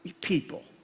people